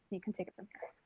you can take it from yeah